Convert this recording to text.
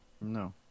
No